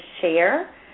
share